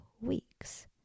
weeks